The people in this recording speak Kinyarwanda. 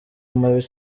mabi